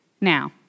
Now